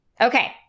okay